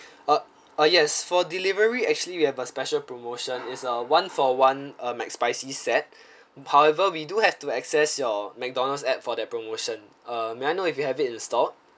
uh uh yes for delivery actually we have a special promotion it's uh one-for-one uh macspicy set however we do have to access your McDonald's ad for that promotion uh may I know if you have it installed